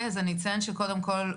אני אציין שקודם כל,